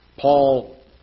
Paul